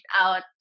out